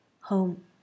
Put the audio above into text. home